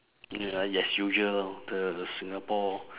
ya as usual orh the singapore